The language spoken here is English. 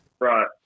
right